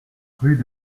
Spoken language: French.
rue